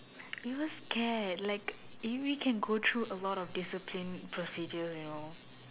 we were scared like you really can go through a lot of discipline procedure you know